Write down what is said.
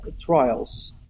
trials